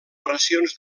oracions